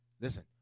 Listen